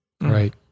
Right